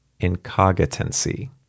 incogitancy